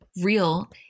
real